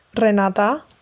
Renata